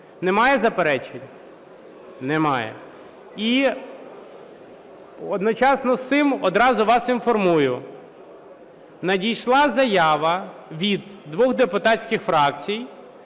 Немає заперечень? Немає. Одночасно з цим одразу вас інформую. Надійшла заява від двох депутатських фракцій